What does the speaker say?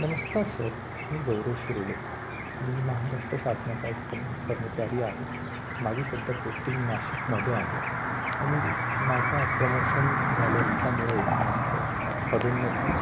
नमस्कार सर मी गौरव शिरोडे मी महाराष्ट्र शासनाचा एक कल कर्मचारी आहे माझी सध्या पोस्टिंग नाशिकमध्ये आहे आणि ती माझ्या प्रमोशन झालं त्यामुळे माझी प पदोन्नती